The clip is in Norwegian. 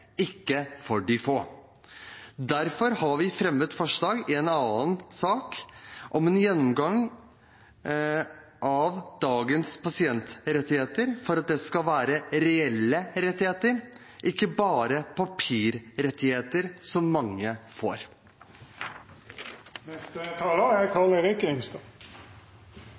ikke for de få. Derfor har vi i en annen sak fremmet forslag om en gjennomgang av dagens pasientrettigheter, for at det skal være reelle rettigheter, ikke bare papirrettigheter, slik mange